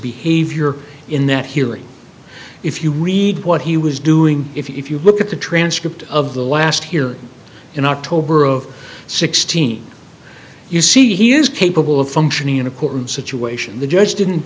behavior in that hearing if you read what he was doing if you look at the transcript of the last here in october of sixteen you see he is capable of functioning in a courtroom situation the judge didn't